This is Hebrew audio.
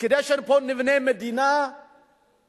כדי שפה נבנה מדינה חזקה,